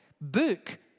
book